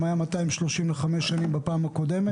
היה 230 מיליון לחמש שנים בפעם הקודמת